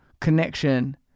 connection